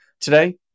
today